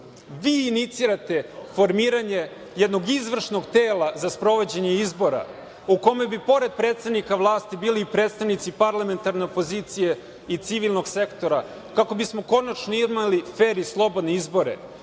vi inicirate formiranje jednog izvršnog tela za sprovođenje izbora, u kome bi pored predsednika vlasti bili i predstavnici parlamentarne opozicije i civilnog sektora, kako bismo konačno imali fer i slobodne izbore,